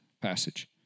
passage